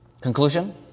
Conclusion